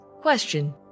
Question